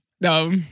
No